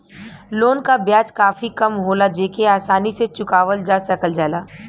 loan क ब्याज काफी कम होला जेके आसानी से चुकावल जा सकल जाला